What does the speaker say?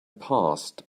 passed